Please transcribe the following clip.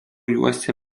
juosia